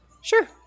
Sure